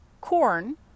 corn